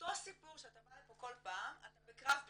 שאותו סיפור שאתה בא לפה כל פעם אתה בקרב בלימה.